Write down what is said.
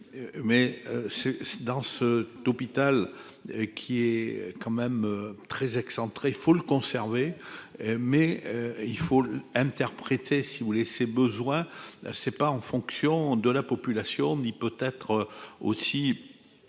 c'est dans ce d'hôpital qui est quand même très excentré, faut le conserver, mais il faut l'interpréter, si vous voulez ces besoins là c'est pas en fonction de la population, ni peut-être aussi